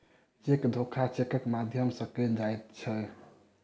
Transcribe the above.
cheque धोखा चेकक माध्यम सॅ कयल जाइत छै